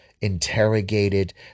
interrogated